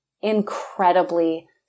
incredibly